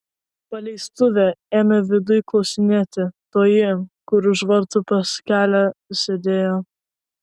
paleistuvė ėmė viduj klausinėti toji kur už vartų pas kelią sėdėjo